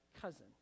cousin